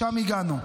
לשם הגענו.